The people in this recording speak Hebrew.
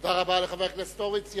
תודה רבה לחבר הכנסת הורוביץ.